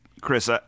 Chris